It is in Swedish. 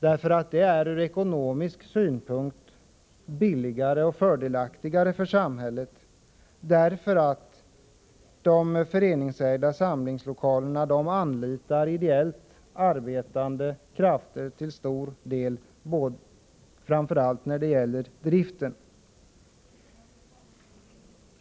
Det är ur ekonomisk synpunkt billigare och fördelaktigare för samhället, och de föreningsägda samlingslokalerna anlitar till stor del ideellt arbetande krafter, framför allt när det gäller turister.